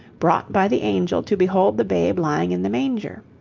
brought by the angel to behold the babe lying in the manger.